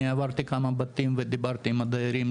אני עברתי כמה בתים ודיברתי עם הדיירים,